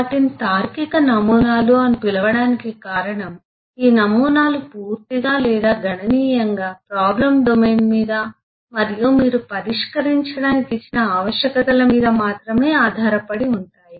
వాటిని తార్కిక నమూనాలు అని పిలవడానికి కారణం ఈ నమూనాలు పూర్తిగా లేదా గణనీయంగా ప్రాబ్లం డొమైన్ మీద మరియు మీరు పరిష్కరించడానికి ఇచ్చిన ఆవశ్యకతల మీద మాత్రమే ఆధారపడి ఉంటాయి